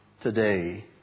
today